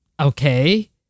Okay